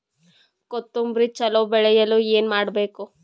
ಕೊತೊಂಬ್ರಿ ಚಲೋ ಬೆಳೆಯಲು ಏನ್ ಮಾಡ್ಬೇಕು?